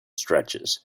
stretches